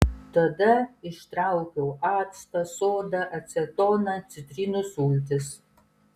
tada ištraukiau actą sodą acetoną citrinų sultis